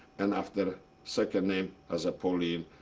and after second name as pauline,